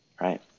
right